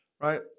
right